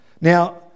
Now